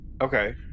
okay